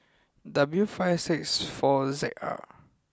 W five six four Z R